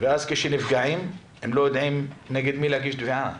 ואז כשהם נפגעים הם לא יודעים נגד מי להגיש תביעה.